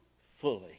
fully